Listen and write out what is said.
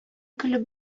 көлеп